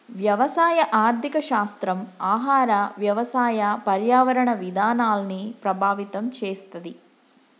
వ్యవసాయ ఆర్థిక శాస్త్రం ఆహార, వ్యవసాయ, పర్యావరణ విధానాల్ని ప్రభావితం చేస్తది